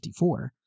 1954